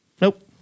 Nope